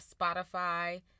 Spotify